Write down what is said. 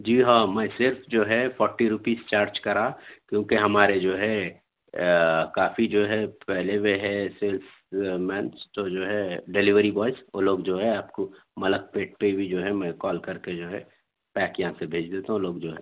جی ہاں میں صرف جو ہے فورٹی روپیز چارج کرا کیونکہ ہمارے جو ہے کافی جو ہے پھیلے ہوئے ہے صرف مینس تو جو ہے ڈیلیوری بوائز وہ لوگ جو ہے آپ کو ملک پیٹ پہ بھی جو ہے میں کال کر کے جو ہے پیک یاں بھیج دیتا ہوں لوگ جو ہے